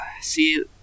See